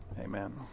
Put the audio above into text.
amen